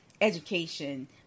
education